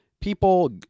people